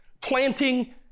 planting